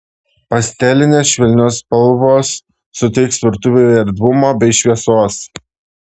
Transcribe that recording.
pastelinės švelnios spalvos suteiks virtuvei erdvumo bei šviesos